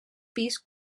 pis